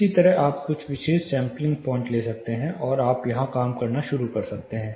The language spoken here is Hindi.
इसी तरह आप कुछ विशिष्ट सैंपलिंग पॉइंट ले सकते हैं और यहां काम करना शुरू कर सकते हैं